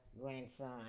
grandson